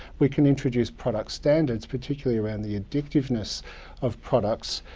we can introduce product standards, particularly around the addictiveness of products,